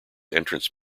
entrance